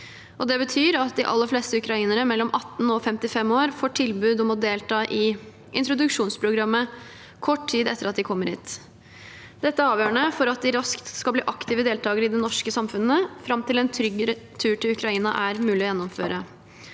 Det betyr at de aller fleste ukrainere mellom 18 og 55 år får tilbud om å delta i introduksjonsprogrammet kort tid etter at de kommer hit. Dette er avgjørende for at de raskt skal bli aktive deltakere i det norske samfunnet fram til en trygg retur til Ukraina er mulig å gjennomføre.